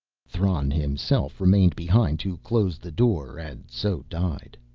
thran himself remained behind to close the door, and so died.